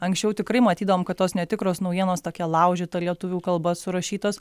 anksčiau tikrai matydavom kad tos netikros naujienos tokia laužyta lietuvių kalba surašytos